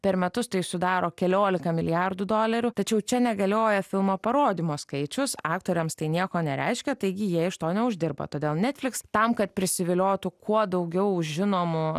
per metus tai sudaro keliolika milijardų dolerių tačiau čia negalioja filmo parodymo skaičius aktoriams tai nieko nereiškia taigi jie iš to neuždirba todėl netflix tam kad prisiviliotų kuo daugiau žinomų